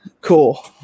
Cool